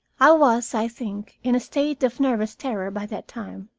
i was, i think, in a state of nervous terror by that time,